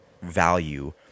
value